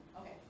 okay